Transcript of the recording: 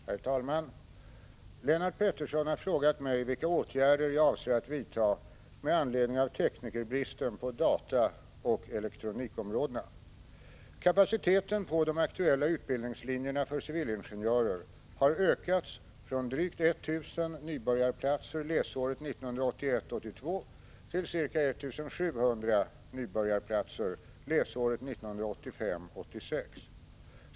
Herr talman! Lennart Pettersson har frågat mig vilka åtgärder jag avser att vidta med anledning av teknikerbristen på dataoch elektronikområdena. Kapaciteten på de aktuella utbildningslinjerna för civilingenjörer har ökats från drygt 1 000 nybörjarplatser läsåret 1981 86.